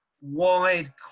wide